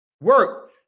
Work